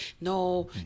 No